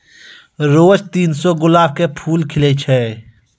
रोज तीन सौ गुलाब के फूल खिलै छै